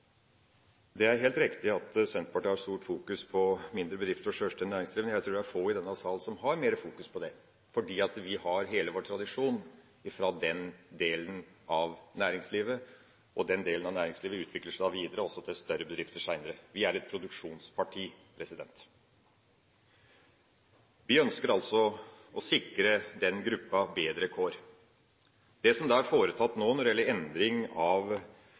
Det er helt riktig at Senterpartiet fokuserer sterkt på mindre bedrifter og sjølstendige næringsdrivende. Jeg tror det er få i denne sal som fokuserer mer på det, fordi vi har hele vår tradisjon fra den delen av næringslivet. Den delen av næringslivet utvikler seg videre til større bedrifter seinere. Vi er et produksjonsparti. Vi ønsker altså å sikre den gruppa bedre kår. Det som er foretatt av endringer i beskatning av enkeltpersonsforetak som har ansatte, gjelder virksomheter som har ansatte med en relativt høy inntekt. Det